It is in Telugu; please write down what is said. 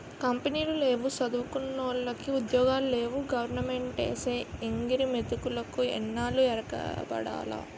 కంపినీలు లేవు సదువుకున్నోలికి ఉద్యోగాలు లేవు గవరమెంటేసే ఎంగిలి మెతుకులికి ఎన్నాల్లు ఎగబడాల